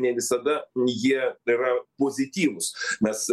ne visada jie yra pozityvūs mes